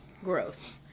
Gross